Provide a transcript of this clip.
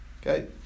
Okay